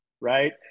right